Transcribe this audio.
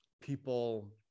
people